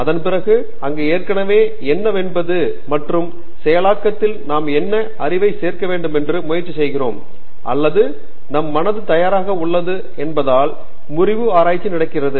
அதன் பிறகு அங்கு ஏற்கனவே என்னவென்பது மற்றும் செயலாக்கத்தில் நாம் என்னென்ன அறிவைச் சேர்க்க வேண்டுமென்று முயற்சி செய்கிறோம் அல்லது நம் மனது தயாராக உள்ளது என்பதால் முறிவு ஆராய்ச்சி நடக்கிறது